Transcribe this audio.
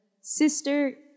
Sister